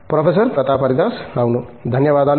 professor Pratap Haridas అవును ధన్యవాదాలు